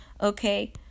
Okay